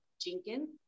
Jenkins